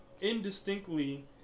indistinctly